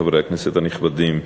חברי הכנסת הנכבדים,